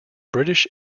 british